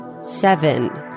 Seven